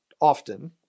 often